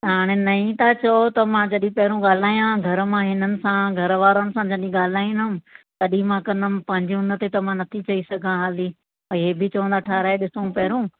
त हाणे नई त चओ त मां जॾहिं पहिरियों ॻाल्हायां घर मां इन्हनि सां घर वारनि सां जॾहिं ॻाल्हाईंदमि तॾहिं मां कंदमि पंहिंजे उनते त मां नथी चई सघां हाली भाई हीअ बि चवंदा ठहाराइ ॾिसूं पहिरियों